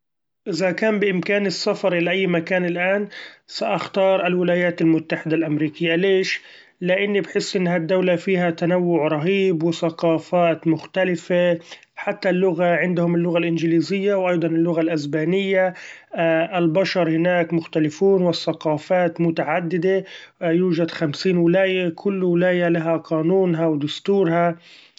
إذا كان بإمكاني السفر الى أي مكان الإن سأختار الولأيات المتحدة الامريكية ليش؟ لإني بحس إنها الدولة فيها تنوع رهيب وثقافات مختلفة ، حتى اللغة عندهم اللغة الإنچليزية وأيضا اللغة الاسبإنية ، البشر هناك مختلفون والثقافات متعددة يوچد خمسين ولاية كل ولاية لها قإنونها ودستورها.